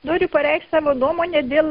noriu pareikšt savo nuomonę dėl